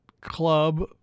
club